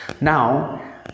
Now